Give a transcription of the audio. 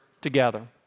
together